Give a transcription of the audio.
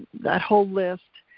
that whole list,